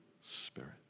Spirit